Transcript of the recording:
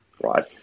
right